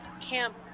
camp